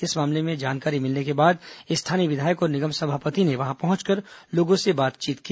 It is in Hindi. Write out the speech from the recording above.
इस मामले की जानकारी मिलने के बाद स्थानीय विधायक और निगम सभापति ने वहां पहुंचकर लोगों से बातचीत की